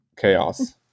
chaos